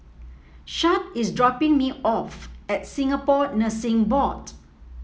Shad is dropping me off at Singapore Nursing Board